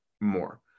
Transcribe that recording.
more